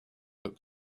that